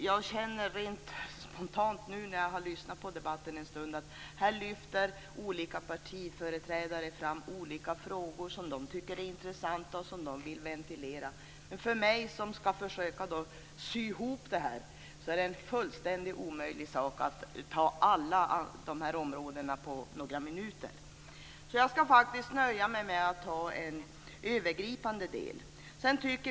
Jag känner rent spontant, efter att ha lyssnat på debatten en stund, att olika partiföreträdare lyfter fram olika frågor som de tycker är intressanta och som de vill ventilera, men för mig som skall försöka att sy ihop detta är det en fullständigt omöjlig sak att ta upp alla dessa områden på några minuter. Jag skall faktiskt nöja mig med att ta en övergripande del.